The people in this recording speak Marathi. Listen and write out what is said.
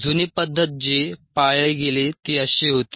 जुनी पद्धत जी पाळली गेली ती अशी होती